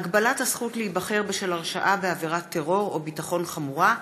(הגבלת הזכות להיבחר בשל הרשעה בעבירת טרור או ביטחון חמורה),